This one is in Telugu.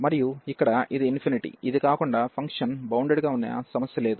మరియు ఇక్కడ ఇది ఇన్ఫినిటీ ఇది కాకుండా ఫంక్షన్ బౌండెడ్ గా ఉన్న సమస్య లేదు